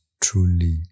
truly